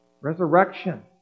Resurrection